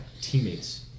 teammates